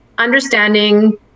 Understanding